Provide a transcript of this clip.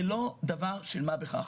זה לא דבר של מה בכך.